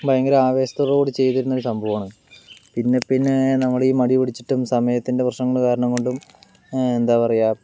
ഭയങ്കര ആവേശത്തോട് കൂടി ചെയ്തിരുന്ന ഒരു സംഭവാണ് പിന്ന പിന്നെ നമ്മളീ മടി പിടിച്ചിട്ടും സമയത്തിൻ്റെ പ്രശ്ണങ്ങള് കാരണം കൊണ്ടും എന്താ പറയുക